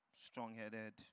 strong-headed